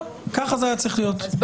כך זה היה צריך להיות.